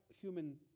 human